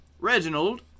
Reginald